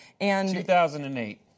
2008